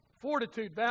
Fortitude